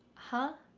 huh?